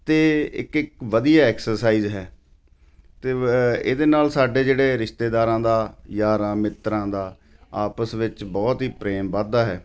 ਅਤੇ ਇੱਕ ਇੱਕ ਵਧੀਆ ਐਕਸਰਸਾਈਜ਼ ਹੈ ਅਤੇ ਇਹਦੇ ਨਾਲ ਸਾਡੇ ਜਿਹੜੇ ਰਿਸ਼ਤੇਦਾਰਾਂ ਦਾ ਯਾਰਾਂ ਮਿੱਤਰਾਂ ਦਾ ਆਪਸ ਵਿੱਚ ਬਹੁਤ ਹੀ ਪ੍ਰੇਮ ਵੱਧਦਾ ਹੈ